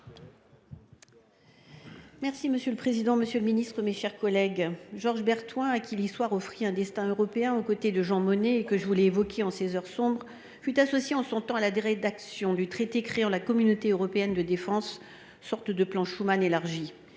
Monsieur le président, monsieur le ministre, mes chers collègues, Georges Berthoin, à qui l’histoire offrit un destin européen aux côtés de Jean Monnet, et que je voulais évoquer en ces heures sombres, fut associé à la rédaction du traité créant la Communauté européenne de défense (CED), une sorte de plan Schuman élargi.